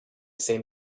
same